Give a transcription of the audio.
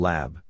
Lab